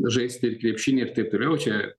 žaisti ir krepšinį ir taip toliau čia